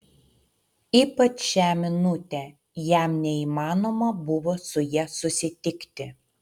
ypač šią minutę jam neįmanoma buvo su ja susitikti